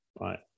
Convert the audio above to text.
right